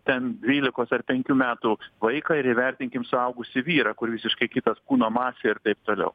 ten dvylikos ar penkių metų vaiką ir įvertinkim suaugusį vyrą kur visiškai kitas kūno masė ir taip toliau